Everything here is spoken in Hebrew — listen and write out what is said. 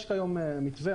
יש כיום מתווה.